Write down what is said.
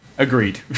Agreed